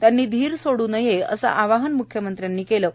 त्यांनी धीर सोडू नये असे आवाहनही मुख्यमंत्र्यांनी केले आहे